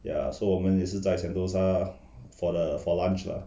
ya so 我们也是在 sentosa for the for lunch lah